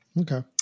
okay